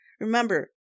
Remember